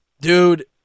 Dude